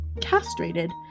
castrated